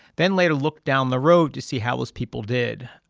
then later looked down the road to see how those people did,